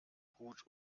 gut